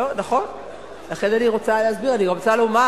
אני רוצה לומר